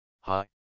Hi